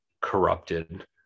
corrupted